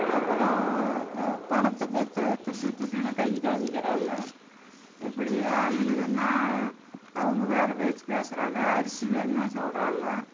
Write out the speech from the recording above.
அப்பறம் த பணத்துக்கு து துட்டு துட்டுன்னு கை காண்மிக்கிறாங்க இப்படி ஆயில்துன்னா அவங்க வேறு பேச்சு பேசுகிறாங்க அரிசி வேண்ணால் சொல்கிறாங்க